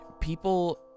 People